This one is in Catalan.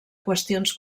qüestions